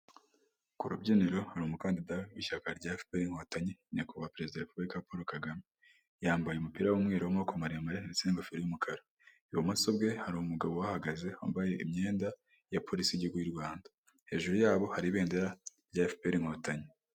ku rubyiniro hari umukandida w'ishyaka rya efuperi Nyakubahwa pereziga wa repubulika polo kagame. Yambaye umupira w'umweru w'amaboko maramare ndetse n'ingofero y'umukara, ibumoso bwe hari umugabo uhahagaze wambaye imyenda, ya polisi y'igihugu y'u Rwanda hejuru yabo hari ibendera rya efuperi inkotanyi.